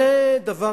זה דבר